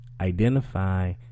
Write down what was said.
identify